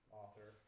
author